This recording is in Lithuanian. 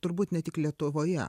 turbūt ne tik lietuvoje